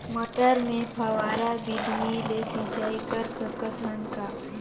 मटर मे फव्वारा विधि ले सिंचाई कर सकत हन का?